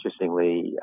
interestingly